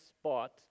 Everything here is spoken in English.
spot